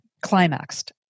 climaxed